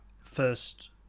first